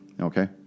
Okay